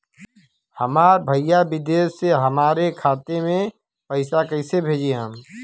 हमार भईया विदेश से हमारे खाता में पैसा कैसे भेजिह्न्न?